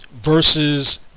Versus